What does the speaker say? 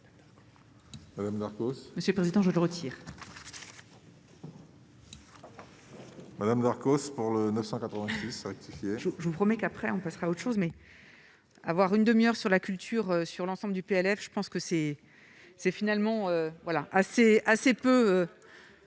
Madame Marcos pour le 986 sièges. Je vous promets qu'après on passera à autre chose, mais avoir une demi-heure sur la culture sur l'ensemble du PLF, je pense que c'est, c'est finalement voilà assez,